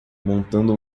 montando